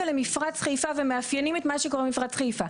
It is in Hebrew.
למפרץ חיפה ומאפיינים את מה שקורה במפרץ חיפה,